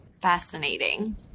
fascinating